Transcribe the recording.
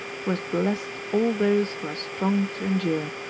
who has blessed all those who are strong to endure.